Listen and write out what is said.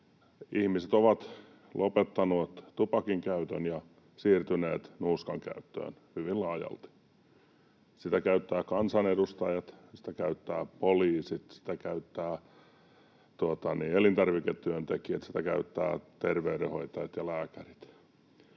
ihmiset ovat lopettaneet tupakan käytön ja siirtyneet nuuskan käyttöön hyvin laajalti. Sitä käyttävät kansanedustajat, sitä käyttävät poliisit, sitä käyttävät elintarviketyöntekijät, sitä käyttävät terveydenhoitajat ja lääkärit.